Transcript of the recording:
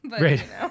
Right